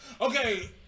Okay